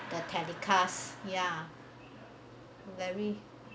the telecast ya very